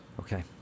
Okay